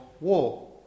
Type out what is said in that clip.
war